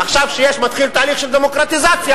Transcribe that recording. עכשיו, כשמתחיל תהליך של דמוקרטיזציה,